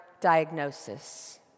diagnosis